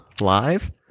live